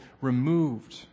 removed